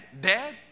dad